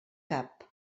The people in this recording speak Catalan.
cap